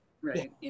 Right